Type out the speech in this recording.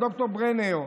את ד"ר ברנר.